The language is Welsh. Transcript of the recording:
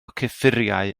cyffuriau